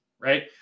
right